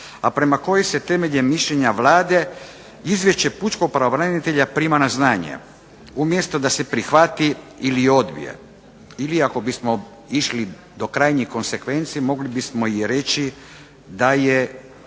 a prema kojim se temeljem mišljenja Vlade Izvješće pučkog pravobranitelja prima na znanje umjesto da se prihvati ili odbije. Ili ako bismo išli do krajnjih konzekvenci mogli bismo i reći da je